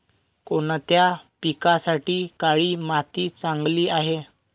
कोणत्या पिकासाठी काळी माती चांगली आहे?